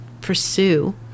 pursue